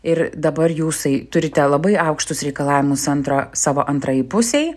ir dabar jūsai turite labai aukštus reikalavimus antrą savo antrajai pusei